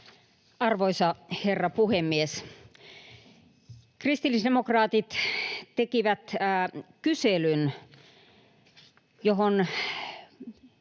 Arvoisa herra puhemies! Kristillisdemokraatit tekivät kyselyn, johon